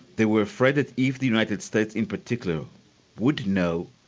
they were afraid that if the united states in particular would know,